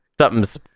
Something's